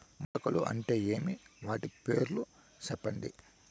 మొలకలు అంటే ఏమి? వాటి పేర్లు సెప్పండి?